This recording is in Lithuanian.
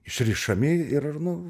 išrišami ir nu